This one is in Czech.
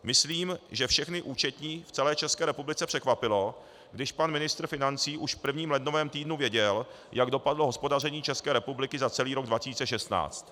Myslím, že všechny účetní v celé České republice překvapilo, když pan ministr financí už v prvním lednovém týdnu věděl, jak dopadlo hospodaření České republiky za celý rok 2016.